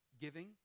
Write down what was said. Giving